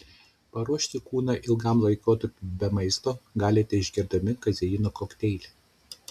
paruošti kūną ilgam laikotarpiui be maisto galite išgerdami kazeino kokteilį